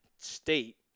state